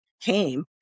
came